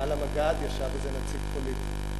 מעל המג"ד ישב איזה נציג פוליטי,